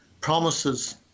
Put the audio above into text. promises